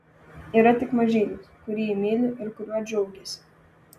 yra tik mažylis kurį ji myli ir kuriuo džiaugiasi